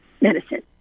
medicine